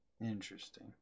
Interesting